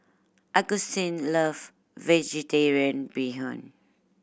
Augustine love Vegetarian Bee Hoon